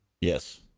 Yes